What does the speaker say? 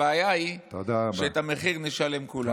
הבעיה היא שאת המחיר נשלם כולנו.